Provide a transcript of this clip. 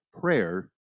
prayer